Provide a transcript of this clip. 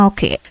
Okay